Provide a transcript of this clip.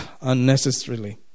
unnecessarily